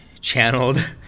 channeled